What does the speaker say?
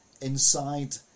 inside